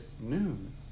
noon